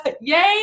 yay